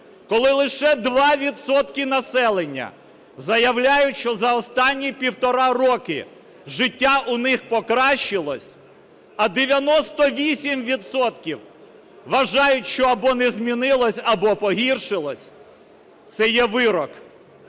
Коли лише 2 відсотка населення заявляють, що за останні 1,5 роки життя у них покращилося, а 98 відсотків вважають, що або не змінилося, або погіршилося, це є вирок.